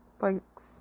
Thanks